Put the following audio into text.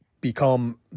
become